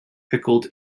pickled